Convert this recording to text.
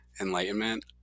enlightenment